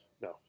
No